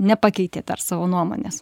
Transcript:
nepakeitė savo nuomonės